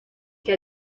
que